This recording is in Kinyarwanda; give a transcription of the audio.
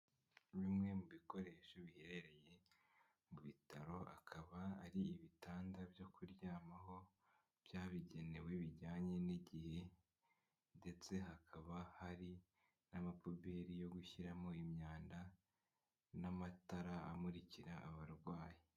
Bimwe mu bikoresho biherereye mu bitaro, akaba ari ibitanda byo kuryamaho byabigenewe bijyanye n'igihe ndetse hakaba hari n'amapuberi yo gushyiramo imyanda n'amatara amurikira abarwayi.